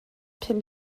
pum